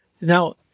now